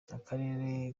akarere